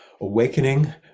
Awakening